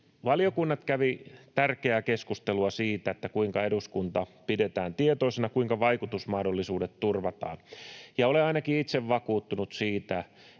Valiokunnat kävivät tärkeää keskustelua siitä, kuinka eduskunta pidetään tietoisena ja kuinka vaikutusmahdollisuudet turvataan. Olen ainakin itse vakuuttunut siitä,